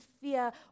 fear